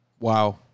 Wow